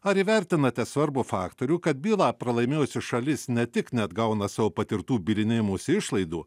ar įvertinate svarbų faktorių kad bylą pralaimėjusi šalis ne tik neatgauna savo patirtų bylinėjimosi išlaidų